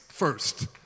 first